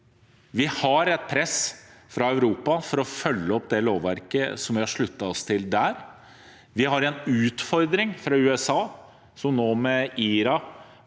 Vi har et press fra Europa for å følge opp det lovverket som vi har sluttet oss til der. Vi har en utfordring fra USA, som med